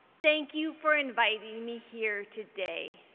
thank you for inviting me here today.